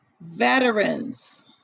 Veterans